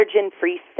allergen-free